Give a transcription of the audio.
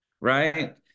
right